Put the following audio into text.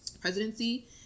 presidency